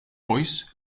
voice